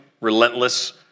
relentless